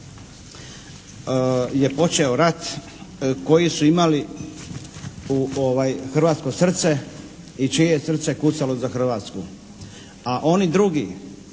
je počeo rat koji su imali hrvatsko srce i čije je srce kucalo za Hrvatsku. A oni drugi